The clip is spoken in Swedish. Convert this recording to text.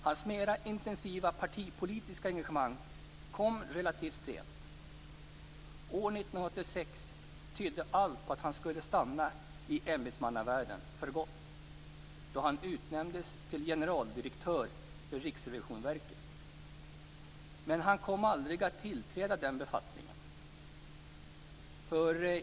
Hans mera intensiva partipolitiska engagemang kom relativt sent. År 1986 tydde allt på att han skulle stanna i ämbetsmannavärlden för gott, då han utnämndes till generaldirektör för Riksrevisionsverket. Men han kom aldrig att tillträda den befattningen.